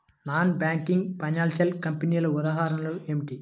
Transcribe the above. Non banking financial కంపెనీల ఉదాహరణలు ఏమిటి?